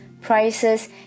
prices